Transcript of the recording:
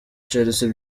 chelsea